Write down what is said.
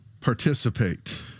participate